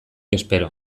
espero